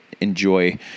enjoy